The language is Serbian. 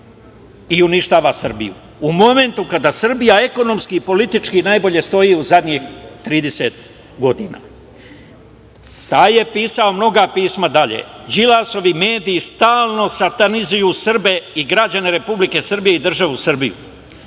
i uništava Srbiju u momentu kada Srbija ekonomski i politički najbolje stoji u zadnjih 30 godina. Taj je pisao mnoga pisma dalje. Đilasovi mediji stalno satanizuju Srbe i građane Republike Srbije i državu Srbiju.